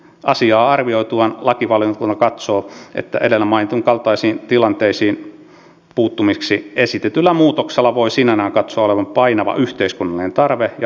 asiaa arvioituaan lakivaliokunta katsoo että edellä mainitun kaltaisiin tilanteisiin puuttumiseksi esitetyllä muutoksella voi sinällään katsoa olevan painava yhteiskunnallinen tarve ja hyväksyttävä peruste